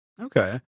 Okay